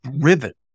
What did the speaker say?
rivet